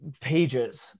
pages